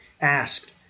asked